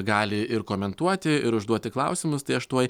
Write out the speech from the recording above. gali ir komentuoti ir užduoti klausimus tai aš tuoj